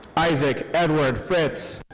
isaac edward fritz.